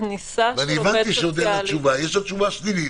והבנתי שיש לה תשובה שלילית.